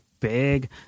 big